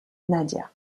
nadia